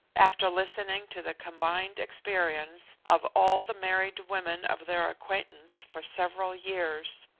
after listening to the combined experience of all the married women of their acquaintance for several years.